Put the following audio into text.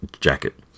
jacket